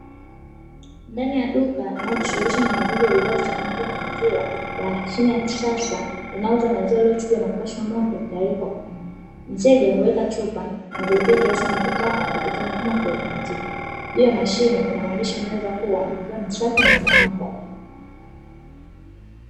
Ndani ya duka linalojishughulisha uuzaji wa bidhaa zitokanazo na maziwa, Kuna mashine ya kisasa inayouza maziwa yaliyochujwa na kupashwa moto tayari kwa kunywa. Mteja huweka chupa na kulipia kiasi anachotaka kwa kupitia mfumo wa kiotomatiki. Juu ya mashine Kuna maandishi yanayoeleza kuwa " maziwa ni safi na salama kwao."